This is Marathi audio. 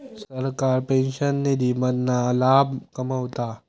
सरकार पेंशन निधी मधना लाभ कमवता